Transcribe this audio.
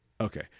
Okay